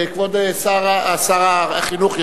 כבוד שר החינוך ישיב.